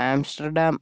Amsterdam